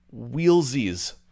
wheelsies